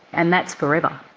and that's forever.